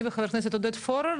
אני וחבר הכנסת עודד פורר,